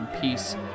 Peace